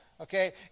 Okay